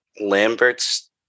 Lambert's